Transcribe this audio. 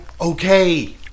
Okay